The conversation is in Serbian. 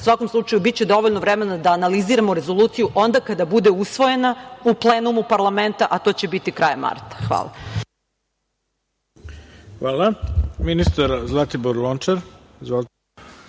svakom slučaju, biće dovoljno vremena da analiziramo rezoluciju onda kada bude usvojena u plenumu parlamenta, a to će biti krajem marta. Hvala. **Ivica Dačić**